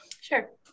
Sure